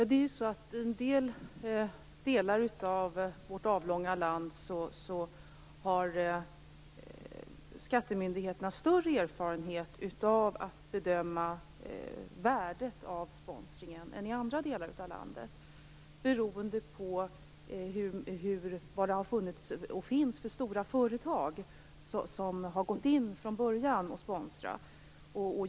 Herr talman! I vissa delar av vårt avlånga land har skattemyndigheterna större erfarenhet av att bedöma värdet av sponsring än i andra. Det beror på vad det har funnits, och finns, för stora företag som har gått in och sponsrat från början.